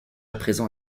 présent